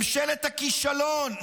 ממשלת הכישלון,